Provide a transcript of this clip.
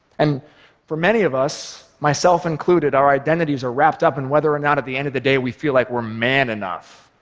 and for many of us, myself included, our identities are wrapped up in whether or not at the end of the day we feel like we're man enough.